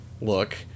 look